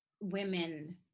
women